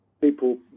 people